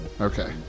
Okay